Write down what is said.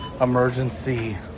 Emergency